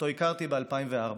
שהכרתי ב-2004.